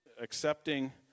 accepting